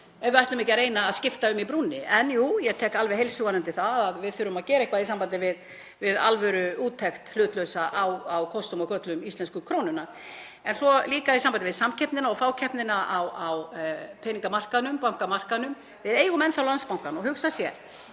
ef við ætlum ekki að reyna að skipta um í brúnni. En jú, ég tek alveg heils hugar undir það að við þurfum að gera eitthvað í sambandi við alvöru hlutlausa úttekt á kostum og göllum íslensku krónunnar. Í sambandi við samkeppnina og fákeppnina á peningamarkaðnum og bankamarkaðnum þá eigum við enn þá Landsbankann og að hugsa sér,